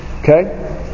okay